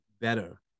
better